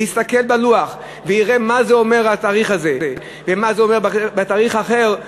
ויסתכל בלוח ויראה מה זה אומר התאריך הזה ומה זה אומר התאריך האחר,